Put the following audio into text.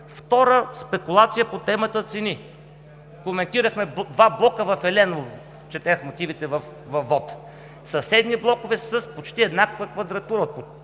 Втора спекулация по темата „Цени“. Коментирахме два блока в Еленово – четях мотивите във вота, съседни блокове с почти еднаква квадратура